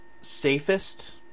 Safest